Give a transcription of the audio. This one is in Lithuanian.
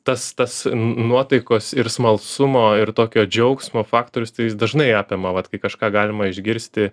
tas tas nuotaikos ir smalsumo ir tokio džiaugsmo faktorius tai jis dažnai apima vat kai kažką galima išgirsti